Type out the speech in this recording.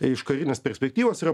iš karinės perspektyvos yra